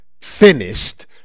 finished